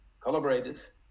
collaborators